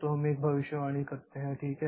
तो हम एक भविष्यवाणी करते हैं ठीक है